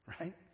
Right